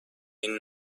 این